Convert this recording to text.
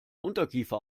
unterkiefer